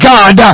God